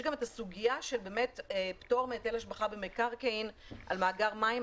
גם את הסוגיה של פטור מהיטל השבחה במקרקעין על מאגר מים,